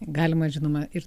galima žinoma ir